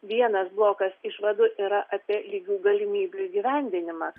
vienas blokas išvadų yra apie lygių galimybių įgyvendinimą